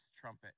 trumpet